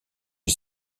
est